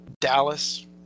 Dallas